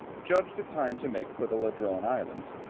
judged it time to make for the ladrone islands,